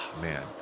man